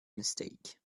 mistake